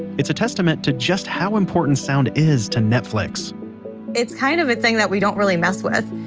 it's a testament to just how important sound is to netflix it's kind of a thing that we don't really mess with.